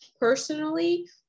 personally